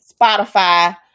Spotify